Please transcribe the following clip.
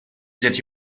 that